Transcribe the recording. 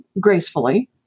gracefully